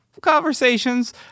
conversations